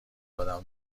آدم